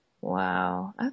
wow